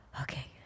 okay